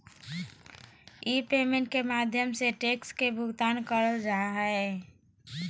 ई payment के माध्यम से टैक्स के भुगतान करल जा हय